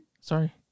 Sorry